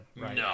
no